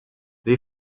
they